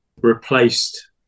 replaced